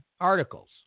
articles